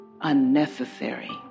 unnecessary